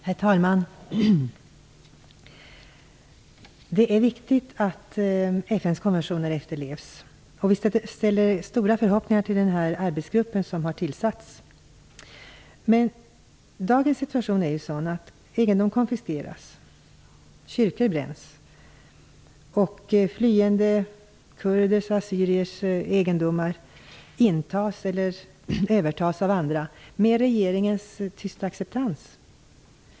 Herr talman! Det är viktigt att FN:s konventioner efterlevs. Vi ställer stora förhoppningar till den arbetsgrupp som har tillsatts. Men dagens situation är sådan att egendom konfiskeras, kyrkor bränns, flyende kurders och assyriers egendomar övertas av andra med regeringens tysta acceptans.